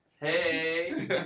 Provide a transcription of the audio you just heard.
Hey